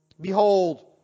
Behold